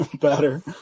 better